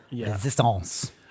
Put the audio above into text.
Existence